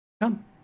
Come